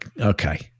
Okay